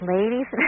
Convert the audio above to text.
Ladies